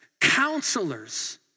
counselors